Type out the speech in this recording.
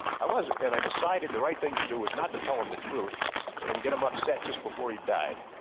i wasn't and i decided the right thing to do was not to tell him the truth and get him upset just before he died.